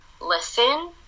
listen